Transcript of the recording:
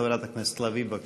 חברת הכנסת לביא, בבקשה.